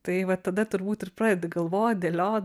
tai va tada turbūt ir pradedi galvot dėliot